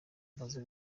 baza